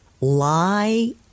lie